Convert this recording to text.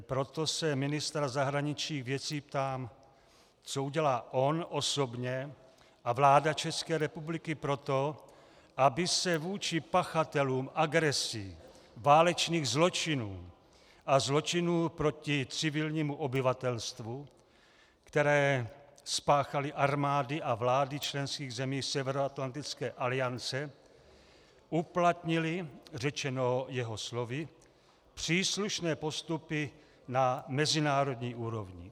Proto se ministra zahraničních věcí ptám, co udělá on osobně a vláda České republiky pro to, aby se vůči pachatelům agresí, válečných zločinů a zločinů proti civilnímu obyvatelstvu, které spáchaly armády a vlády členských zemí Severoatlantické aliance, uplatnily řečeno jeho slovy příslušné postupy na mezinárodní úrovni.